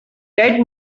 that